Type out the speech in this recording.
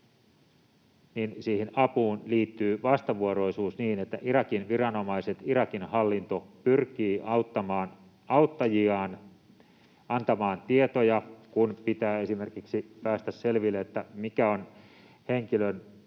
siihen apuun liittyy vastavuoroisuus niin, että Irakin viranomaiset ja Irakin hallinto pyrkivät auttamaan auttajiaan, antamaan tietoja, kun pitää esimerkiksi päästä selville, mikä on henkilön